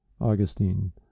augustine